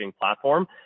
platform